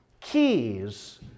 keys